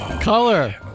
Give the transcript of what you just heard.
Color